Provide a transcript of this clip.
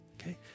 Okay